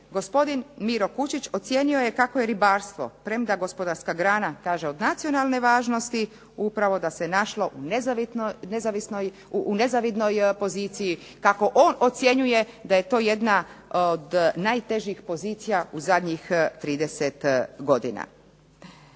gospodin Miro Kučić, ocijenio je kako je ribarstvo premda gospodarska grana kaže od nacionalne važnosti upravo da se našlo u nezavidnoj poziciji, kako on ocjenjuje da je to jedna od najtežih pozicija u zadnjih 30 godina.